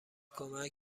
کمک